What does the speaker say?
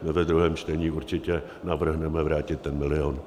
My ve druhém čtení určitě navrhneme vrátit ten milion.